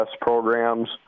programs